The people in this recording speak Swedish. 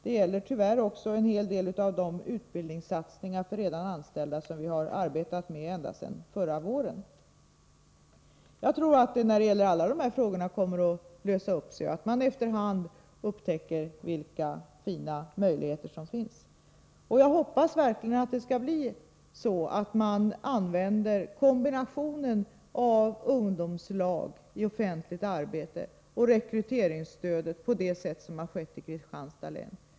Det gäller tyvärr också en hel del av de utbildningssatsningar för redan anställda som vi har arbetat med ända sedan förra våren. När det gäller alla dessa frågor tror jag att lösningar skall komma, att man efter hand upptäcker vilka fina möjligheter som finns. Och jag hoppas verkligen att man kommer att använda kombinationen av ungdomslag i offentligt arbete och rekryteringsstöd på det sätt som skett i Kristianstads län.